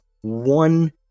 one